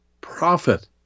prophet